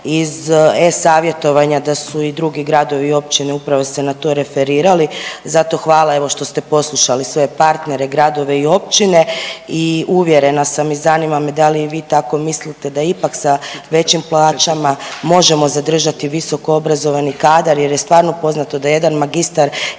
iz e-Savjetovanja da su i drugi gradovi i općine upravo se na to referirali. Zato hvala, evo, što ste poslušali svoje partnere, gradove i općine i uvjerena sam i zanima me da li i vi tako mislite da ipak sa većim plaćama možemo zadržati visokoobrazovani kadar jer je stvarno poznato da jedan magistar